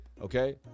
okay